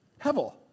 hevel